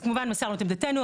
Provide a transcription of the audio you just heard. אז כמובן שמסרנו את עמדתינו,